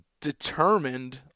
determined